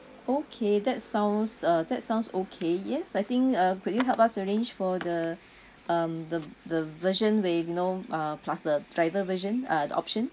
okay that sounds uh that sounds okay yes I think uh could you help us arrange for the um the the version where you know uh plus the driver version uh option